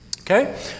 okay